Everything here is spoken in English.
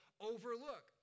overlook